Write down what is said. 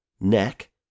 neck